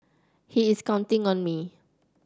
he is counting on me